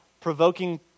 provoking